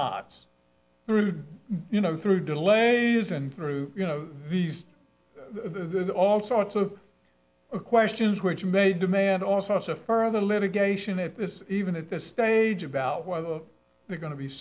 through you know through delay isn't through you know the all sorts of questions which may demand all sorts of further litigation at this even at this stage about whether they're going to be